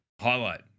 Highlight